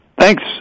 Thanks